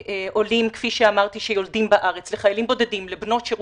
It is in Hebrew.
לעולים שיולדים בארץ, לחיילים בארץ, לבנות שירות.